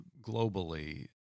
globally